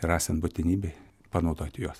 ir esant būtinybei panaudoti juos